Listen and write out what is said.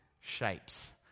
shapes